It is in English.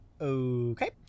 okay